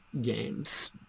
games